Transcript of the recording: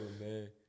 man